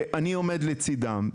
אני עומד לצידם.